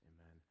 amen